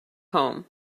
home